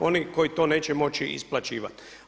Oni koji to neće moći isplaćivati.